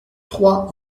trois